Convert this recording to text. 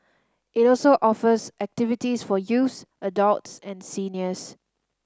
it also offers activities for youths adults and seniors